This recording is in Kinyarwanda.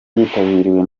ryitabiriwe